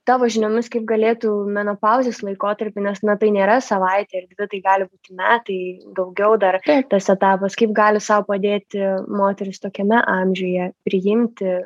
tavo žiniomis kaip galėtų menopauzės laikotarpiu nes na tai nėra savaitė ar dvi tai gali būti metai daugiau dar tas etapas kaip gali sau padėti moterys tokiame amžiuje priimti